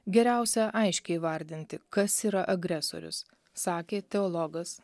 geriausia aiškiai įvardinti kas yra agresorius sakė teologas